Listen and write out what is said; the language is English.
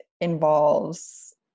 involves